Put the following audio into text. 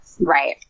Right